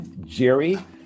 Jerry